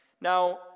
Now